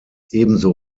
ebenso